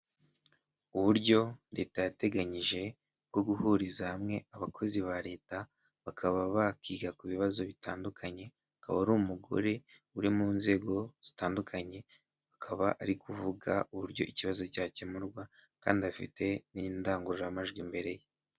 Uburyo leta yateganyije bwo guhuriza hamwe abakozi ba leta bakaba bakiga ku bibazo bitandukanye akaba ari umugore uri mu nzego zitandukanye akaba arivuga uburyo ikibazo cyakemurwa kandi afite n'indangururamajwi mbere ye.